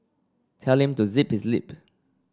tell to zip his lip